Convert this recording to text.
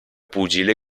pugile